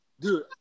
Dude